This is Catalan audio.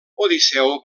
odisseu